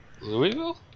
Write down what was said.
Louisville